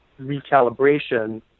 recalibration